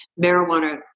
marijuana